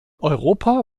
europa